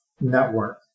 network